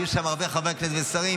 יהיו שם חברי כנסת ושרים.